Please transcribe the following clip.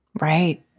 Right